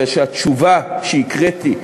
ושהתשובה שהקראתי